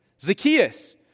Zacchaeus